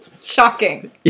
Shocking